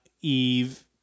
Eve